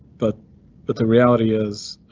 but but the reality is,